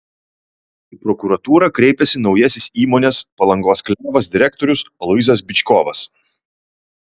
į prokuratūrą kreipėsi naujasis įmonės palangos klevas direktorius aloyzas byčkovas